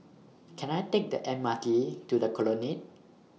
Can I Take The M R T to The Colonnade